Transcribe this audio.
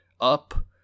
Up